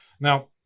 Now